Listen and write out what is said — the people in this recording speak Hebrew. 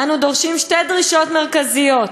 אנו דורשים שתי דרישות מרכזיות,